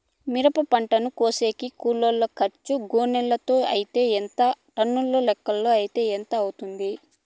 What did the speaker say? మిరప పంటను కోసేకి కూలోల్ల ఖర్చు గోనెలతో అయితే ఎంత టన్నుల లెక్కలో అయితే ఎంత అవుతుంది?